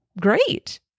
great